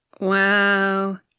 Wow